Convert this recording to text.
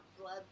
blood